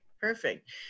Perfect